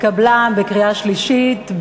התקבלה בקריאה שלישית.